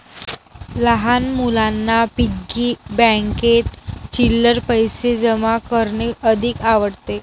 लहान मुलांना पिग्गी बँकेत चिल्लर पैशे जमा करणे अधिक आवडते